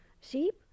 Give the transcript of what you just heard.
Sheep